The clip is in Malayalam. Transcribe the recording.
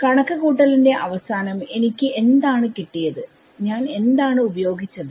കണക്ക്കൂട്ടലിന്റെ അവസാനം എനിക്ക് എന്താണ് കിട്ടിയത് ഞാൻ എന്താണ് ഉപയോഗിച്ചത്